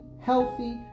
healthy